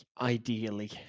ideally